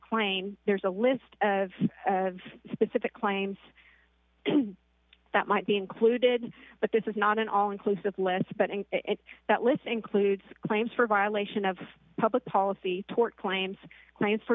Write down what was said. claim there's a list of of specific claims that might be included but this is not an all inclusive list but in that list includes claims for violation of public policy tort claims